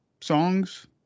songs